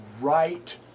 right